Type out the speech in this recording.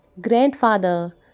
Grandfather